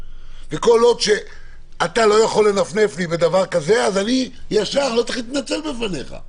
וכל עוד אתה לא יכול לנפנף לי בדבר הזה אז אני לא צריך להתנצל בפניך,